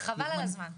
חבל על הזמן.